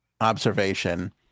observation